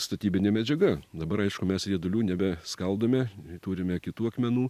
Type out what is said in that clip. statybinė medžiaga dabar aišku mes riedulių nebeskaldome turime kitų akmenų